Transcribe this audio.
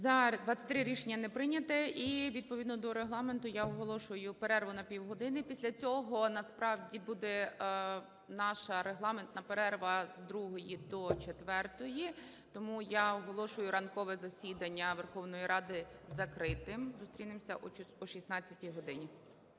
За-23 Рішення не прийнято. І відповідно до Регламенту я оголошую перерву на півгодини. Після цього насправді буде наша регламентна перерва з 2-ї до 4-ї. Тому я оголошую ранкове засідання Верховної Ради закритим. Зустрінемося о 16 годині.